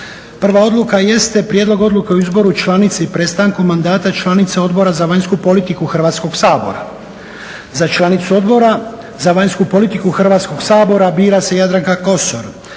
Prva odluka jeste prijedlog Odluke o izboru članice i prestanku mandata članice Odbora za vanjsku politiku Hrvatskog sabora. Za članicu Odbora za vanjsku politiku Hrvatskog sabora bira se Jadranka Kosor.